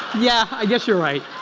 yeah, i guess you're right.